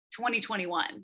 2021